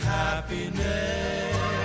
happiness